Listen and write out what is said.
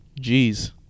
Jeez